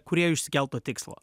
kūrėjo išsikelto tikslo